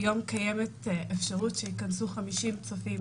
היום קיימת האפשרות שייכנסו 50 צופים